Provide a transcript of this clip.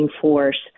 force